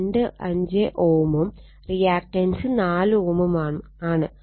25 Ω ഉം റിയാക്റ്റൻസ് 4 Ω ഉം ആണ്